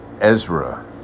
Ezra